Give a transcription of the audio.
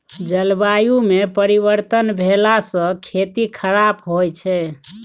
जलवायुमे परिवर्तन भेलासँ खेती खराप होए छै